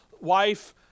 wife